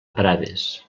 prades